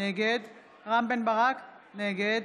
נגד רם בן ברק, נגד